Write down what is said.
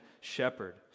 shepherd